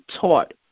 taught